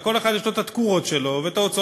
וכל אחד יש לו את התקורות שלו וההוצאות,